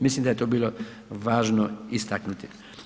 Mislim da je to bilo važno istaknuti.